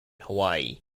hawaii